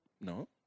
No